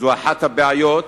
זו אחת הבעיות,